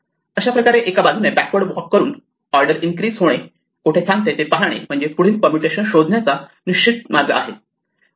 अशाप्रकारे एका बाजूने बॅकवर्ड वॉक करून ऑर्डर इंक्रीज होणे कोठे थांबते ते पाहणे म्हणजे पुढील परमुटेशन शोधण्याचा निश्चित मार्ग आहे